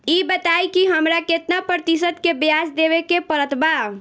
ई बताई की हमरा केतना प्रतिशत के ब्याज देवे के पड़त बा?